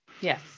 Yes